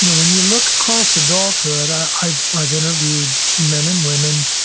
you know when you look across adulthood, i've i've interviewed men and women,